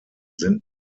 sind